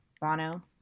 Bono